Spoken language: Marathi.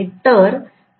तर ते